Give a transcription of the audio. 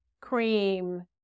cream